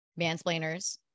mansplainers